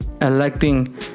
electing